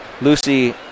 Lucy